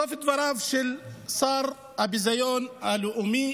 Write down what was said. סוף דבריו של שר הביזיון הלאומי,